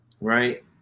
right